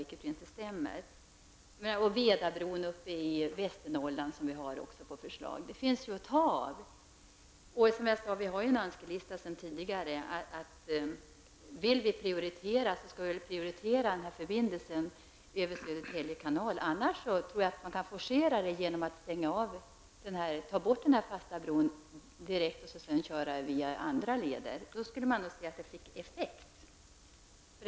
Vi kan också ta i anspråk de medel som är avsedda för Vedabron uppe i Västernorrland. Det finns alltså medel att ta av. Vill vi prioritera skall vi naturligtvis prioritera den här förbindelsen över Södertälje kanal. Annars tror jag att arbetet kan forceras genom att man tar bort den fasta bron och låter trafiken ta andra vägar.